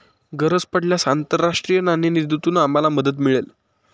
गरज पडल्यास आंतरराष्ट्रीय नाणेनिधीतून आम्हाला मदत मिळेल